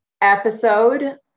episode